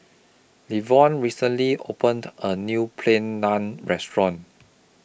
Levon recently opened A New Plain Naan Restaurant